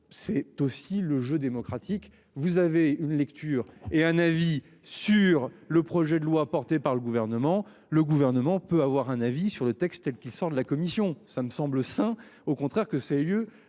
c'est aussi le jeu démocratique. Vous avez une lecture et un avis sur le projet de loi portée par le gouvernement, le gouvernement peut avoir un avis sur le texte tel qu'il sort de la commission. Ça me semble sain au contraire que c'est lieux.